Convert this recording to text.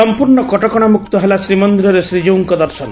ସମ୍ମୂର୍ଶ୍ର କଟକଶାମୁକ୍ତ ହେଲା ଶ୍ରୀମନ୍ଦିରରେ ଶ୍ରୀଜିଉଙ୍କ ଦର୍ଶନ